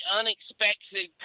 unexpected